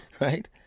right